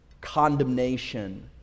Condemnation